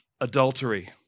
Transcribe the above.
adultery